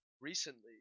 recently